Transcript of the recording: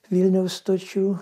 vilniaus stočių